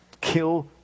Kill